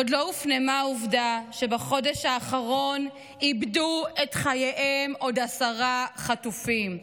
עוד לא הופנמה העובדה שבחודש האחרון איבדו את חייהם עוד עשרה חטופים,